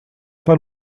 pas